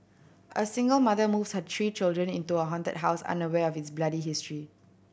a single mother moves her three children into a haunted house unaware of its bloody history